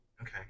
Okay